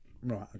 Right